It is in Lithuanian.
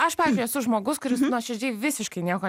aš pavyzdžiui esu žmogus kuris nuoširdžiai visiškai nieko